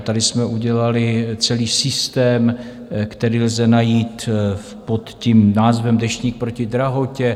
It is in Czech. Tady jsme udělali celý systém, který lze najít pod názvem Deštník proti drahotě.